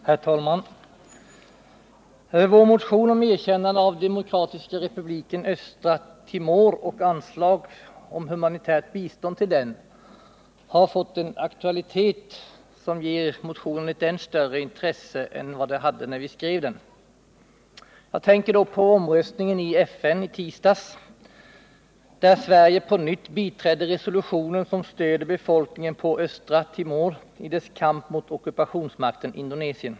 Herr talman! Vår motion om erkännande av Demokratiska republiken Östra Timor och anslag till humanitärt bistånd till den har fått en aktualitet som ger motionen än större intresse än när vi skrev den. Jag tänker då på omröstningen i FN i tisdags, där Sverige på nytt biträdde resolutionen som stöder befolkningen på Östra Timor i dess kamp mot ockupationsmakten Indonesien.